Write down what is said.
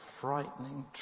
frightening